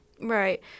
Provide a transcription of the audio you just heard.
Right